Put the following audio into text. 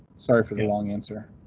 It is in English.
sorry for the long answer.